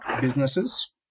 businesses